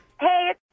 Hey